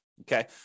Okay